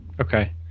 Okay